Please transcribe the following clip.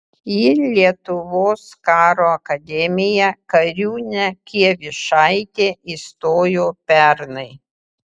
į lietuvos karo akademiją kariūnė kievišaitė įstojo pernai